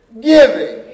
giving